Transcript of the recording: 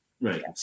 right